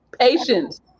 patience